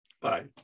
Bye